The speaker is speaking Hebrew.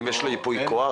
אם יש לו ייפוי כוח?